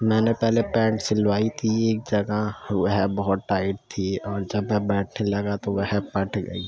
میں نے پہلے پینٹ سلوائی تھی ایک جگہ وہ ہے بہت ٹائٹ تھی اور جب میں بیٹھنے لگا تو وہ پھٹ گئی